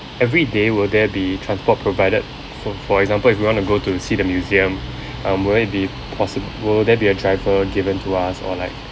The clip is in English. everyday will there be transport provided for for example if we want to go to see the museum um will it be possi~ will there be a driver given to us or like